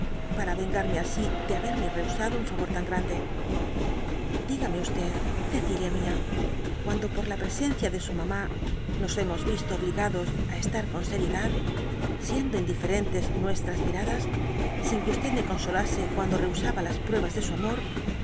para vengarme así de haberme rehusado un favor tan grande dígame cecilia mia cuando por la presencia de su mamá nos hemos visto obligados á estar con seriedad siendo indiferentes nuestras miradas y sin que me consolase cuando rehusaba las pruebas de su amor